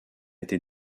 été